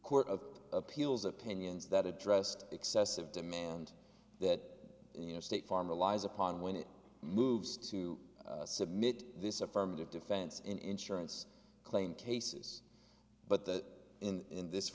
court of appeals opinions that addressed excessive demand that you know state farm relies upon when it moves to submit this affirmative defense in insurance claim cases but that in this